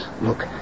Look